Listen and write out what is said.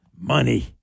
Money